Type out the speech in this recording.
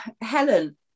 helen